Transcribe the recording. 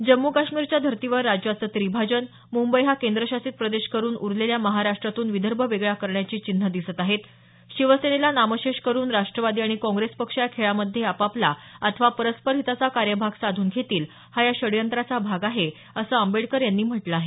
जम्मू काश्मीरच्या धर्तीवर राज्याचं त्रिभाजन मुंबई हा केंद्रशासित प्रदेश करून उरलेल्या महाराष्टातून विदर्भ वेगळा करण्याची चिन्ह दिसत आहेत शिवसेनेला नामशेष करून राष्टवादी आणि काँप्रेस पक्ष या खेळामध्ये आपापला अथवा परस्पर हिताचा कार्यभाग साधून घेतील हा या षडयंत्राचा भाग आहे असं आंबेडकर यांनी म्हटलं आहे